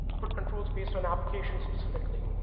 put controls based on applications specifically.